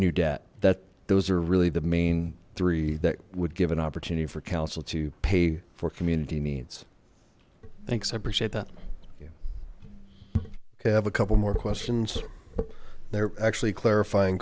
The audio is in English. new debt that those are really the main three that would give an opportunity for council to pay for community needs thanks i appreciate that okay i have a couple more questions they're actually clarifying